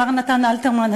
אמר נתן אלתרמן,